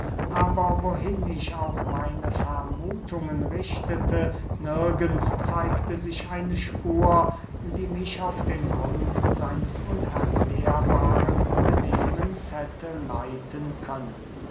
aber wohin ich auch meine vermuthungen richtete nirgends zeigte sich eine spur die mich auf den grund seines unerklärbaren benehmens hätte leiten können